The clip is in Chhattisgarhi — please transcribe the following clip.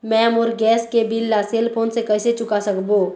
मैं मोर गैस के बिल ला सेल फोन से कइसे चुका सकबो?